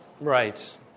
Right